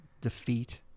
Defeat